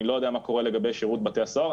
אני לא יודע מה קורה לגבי שירות בתי הסוהר.